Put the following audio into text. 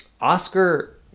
Oscar